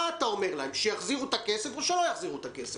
אתה אומר להם שיחזירו את הכסף או שלא יחזירו את הכסף?